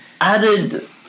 added